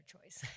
choice